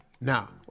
Now